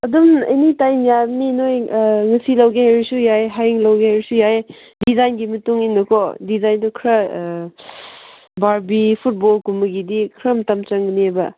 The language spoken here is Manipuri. ꯑꯗꯨꯝ ꯑꯦꯟꯤ ꯇꯥꯏꯝ ꯌꯥꯒꯅꯤ ꯅꯣꯏ ꯉꯁꯤ ꯂꯧꯒꯦ ꯍꯥꯏꯔꯁꯨ ꯌꯥꯏ ꯍꯌꯦꯡ ꯂꯧꯒꯦ ꯍꯥꯏꯔꯁꯨ ꯌꯥꯏ ꯗꯤꯖꯥꯏꯟꯒꯤ ꯃꯇꯨꯡ ꯏꯟꯅꯀꯣ ꯗꯤꯖꯥꯏꯟꯗꯨ ꯈꯔ ꯕꯥꯔꯕꯤ ꯐꯨꯠꯕꯣꯜꯒꯨꯝꯕꯒꯤꯗꯤ ꯈꯔ ꯃꯇꯝ ꯆꯪꯒꯅꯦꯕ